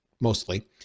mostly